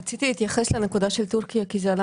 רציתי להתייחס לטורקיה כי זה עלה